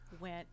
went